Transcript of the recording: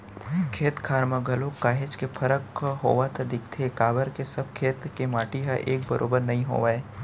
खेत खार म घलोक काहेच के फरक होवत दिखथे काबर के सब खेत के माटी ह एक बरोबर नइ होवय